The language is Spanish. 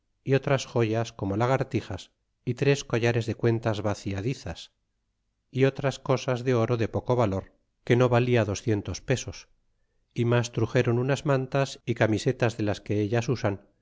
y otras joyas como lagartijas y tres collares de cuentas vaciadizas y otras cosas de oro de poco valor que no valia docientos pesos y mas truxeron unas mantas e camisetas de las que ellas usan